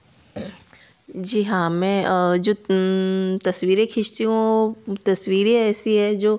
जी हाँ मैं जो तस्वीरें खींचती हूँ तस्वीरें ऐसी हैं जो